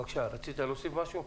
רצית להוסיף משהו?